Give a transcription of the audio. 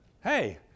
hey